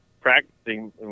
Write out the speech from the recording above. practicing